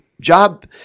job